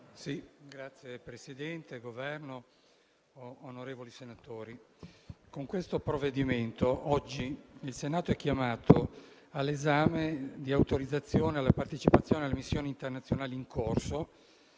membri del Governo e senatori, con questo provvedimento oggi il Senato è chiamato all'esame dell'autorizzazione alla partecipazione alle missioni internazionali in corso